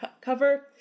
cover